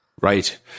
Right